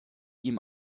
ihm